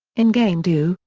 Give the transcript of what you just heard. in game two,